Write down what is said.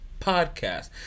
Podcast